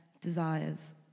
desires